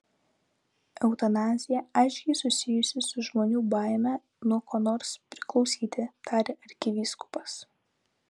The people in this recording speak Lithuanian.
eutanazija aiškiai susijusi su žmonių baime nuo ko nors priklausyti tarė arkivyskupas